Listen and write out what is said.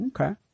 Okay